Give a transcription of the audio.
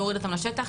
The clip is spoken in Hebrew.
להוריד אותם לשטח.